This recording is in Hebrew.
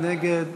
מי נגד?